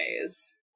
ways